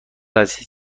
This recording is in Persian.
هستید